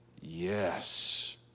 yes